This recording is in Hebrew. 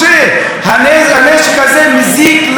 הנשק הזה מזיק לנו בעיקר,